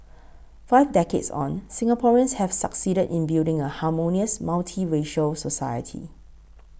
five decades on Singaporeans have succeeded in building a harmonious multiracial society